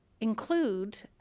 include